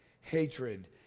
hatred